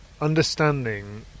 understanding